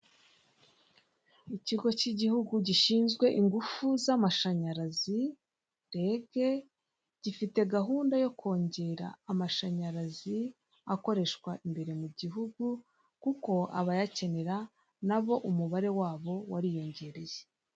Ikigo k'igihugu gishinzwe ingufu z'amashanyarazi rege gifite gahunda yo kongera amashanyarazi akoreshwa i mbere mu gihugu kuko abayakenera nabo umubare wabo wariyongereye.